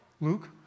Luke